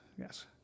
Yes